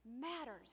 matters